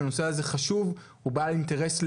הנושא הזה חשוב ובעל אינטרס לאומי,